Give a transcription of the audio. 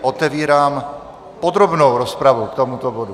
Otevírám tedy podrobnou rozpravu k tomuto bodu.